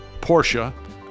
Porsche